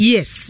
Yes